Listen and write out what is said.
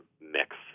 mix